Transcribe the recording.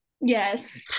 yes